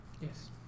Yes